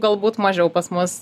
galbūt mažiau pas mus